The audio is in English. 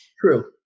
True